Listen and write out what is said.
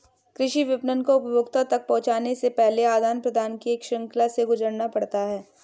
कृषि विपणन को उपभोक्ता तक पहुँचने से पहले आदान प्रदान की एक श्रृंखला से गुजरना पड़ता है